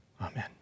Amen